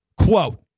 quote